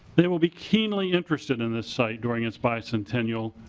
it will be keenly interested in this site during its bicentennial.